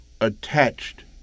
attached